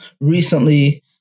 recently